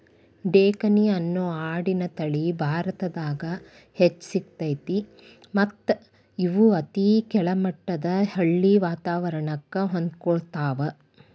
ಡೆಕ್ಕನಿ ಅನ್ನೋ ಆಡಿನ ತಳಿ ಭಾರತದಾಗ್ ಹೆಚ್ಚ್ ಸಿಗ್ತೇತಿ ಮತ್ತ್ ಇವು ಅತಿ ಕೆಳಮಟ್ಟದ ಹಳ್ಳಿ ವಾತವರಣಕ್ಕ ಹೊಂದ್ಕೊತಾವ